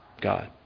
God